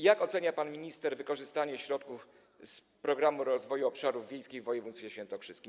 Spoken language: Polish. Jak ocenia pan minister wykorzystanie środków z Programu Rozwoju Obszarów Wiejskich w województwie świętokrzyskim?